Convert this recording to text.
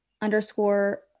underscore